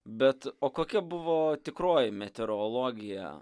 bet o kokia buvo tikroji meteorologija